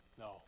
No